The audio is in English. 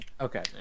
okay